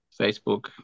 Facebook